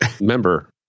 Remember